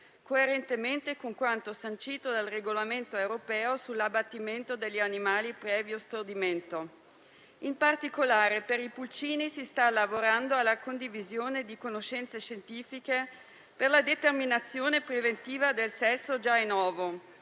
coerentemente con quanto sancito dal Regolamento europeo sull'abbattimento degli animali previo stordimento. In particolare, per i pulcini si sta lavorando alla condivisione di conoscenze scientifiche per la determinazione preventiva del sesso già in uovo.